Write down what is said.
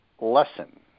lesson